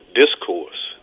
discourse